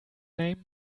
name